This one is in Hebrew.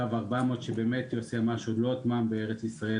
קו 400 שבאמת יוסי אמר שהוא לא הוטמן בארץ ישראל,